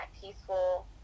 peaceful